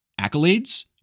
accolades